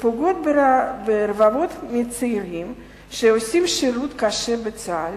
שפוגעות ברבבות צעירים שעושים שירות קשה בצה"ל,